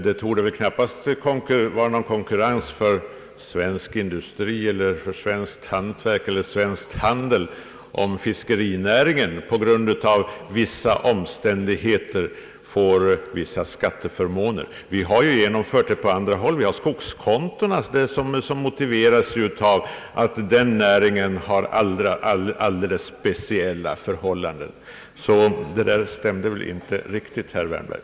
Det innebär inte någon konkurrens för svensk industri, hantverk eller handel, om fiskerinäringen på grund av särskilda omständigheter får vissa skatteförmåner. Vi har genomfört det på andra håll. Skogskontona motiveras t.ex. av att den näringen har alldeles speciella förhållanden. Herr Wärnbergs påstående stämmer alltså inte.